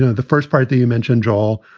the first part that you mentioned, joel,